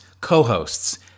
co-hosts